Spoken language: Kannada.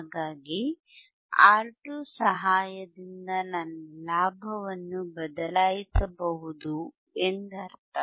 ಹಾಗಾಗಿ R2 ಸಹಾಯದಿಂದ ನನ್ನ ಲಾಭವನ್ನು ಬದಲಾಯಿಸಬಹುದು ಎಂದರ್ಥ